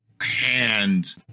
hand